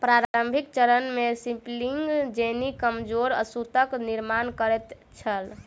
प्रारंभिक चरण मे स्पिनिंग जेनी कमजोर सूतक निर्माण करै छल